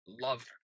love